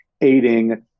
aiding